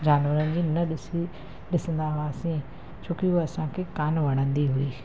जानवरनि जी न ॾिसी ॾिसंदा हुआसीं छोकी उहा असांखे कान वणंदी हुई